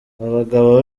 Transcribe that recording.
abagabo